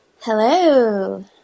Hello